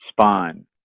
spine